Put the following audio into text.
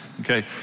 okay